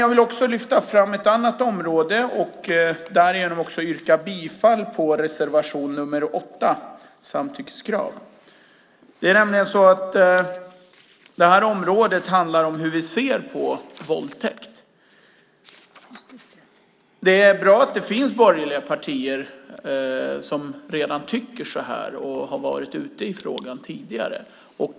Jag vill lyfta fram ett annat område och yrka bifall på reservation nr 8 om samtyckeskrav. Det handlar om hur vi ser på våldtäkt. Det är bra att det finns borgerliga partier som tycker som vi och har lyft upp frågan tidigare.